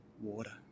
water